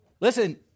Listen